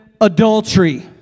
adultery